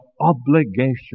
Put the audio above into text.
obligation